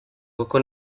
kuko